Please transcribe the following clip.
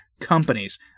companies